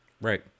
Right